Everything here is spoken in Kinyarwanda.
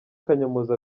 kanyomozi